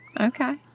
Okay